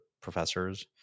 professors